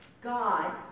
God